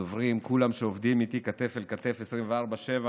הדוברים, שכולם עובדים איתי כתף אל כתף 24/7,